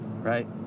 right